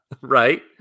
right